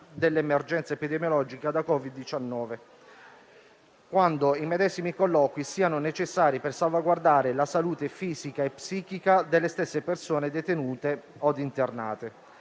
dell'emergenza epidemiologica da Covid-19, quando i medesimi colloqui siano necessari per salvaguardare la salute fisica e psichica delle stesse persone detenute o internate.